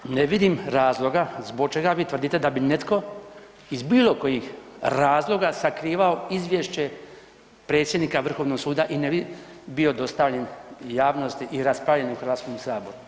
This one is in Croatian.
Prema tome ne vidim razloga zbog čegavi tvrdite da bi netko iz bilo kojih razloga sakrivao izvješće predsjednika Vrhovnog suda i ne bi bio dostavljen javnosti i raspravljen u Hrvatskom saboru.